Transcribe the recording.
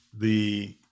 The-